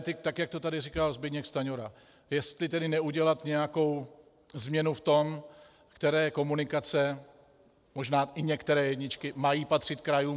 Tak jak to tady říkal Zbyněk Stanjura, jestli tedy neudělat nějakou změnu v tom, které komunikace, možná i některé jedničky, mají patřit krajům.